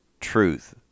truth